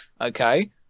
Okay